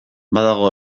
badago